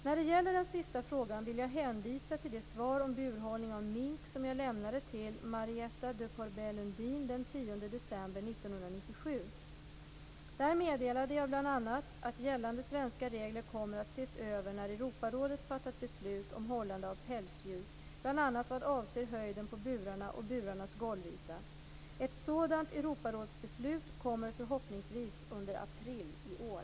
När det gäller den sista frågan vill jag hänvisa till det svar om burhållning av mink som jag lämnade till Där meddelade jag bl.a. att gällande svenska regler kommer att ses över när Europarådet fattat beslut om hållande av pälsdjur, bl.a. vad avser höjden på burarna och burarnas golvyta. Ett sådant Europarådsbeslut kommer förhoppningsvis under april i år.